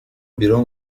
بیرون